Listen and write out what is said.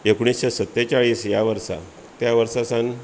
एकुणीशे सत्तेचाळीस ह्या वर्सा त्या वर्सा सावन